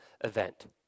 event